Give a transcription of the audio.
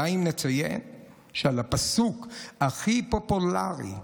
די אם נציין שבפסוק הכי פופולרי,